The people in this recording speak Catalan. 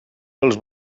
als